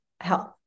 health